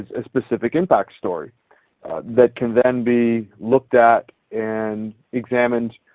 a specific impact story that can then be looked at and examined.